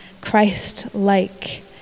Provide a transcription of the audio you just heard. Christ-like